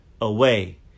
away